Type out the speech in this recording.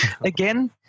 again